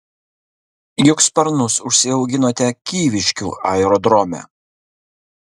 juk sparnus užsiauginote kyviškių aerodrome